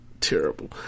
terrible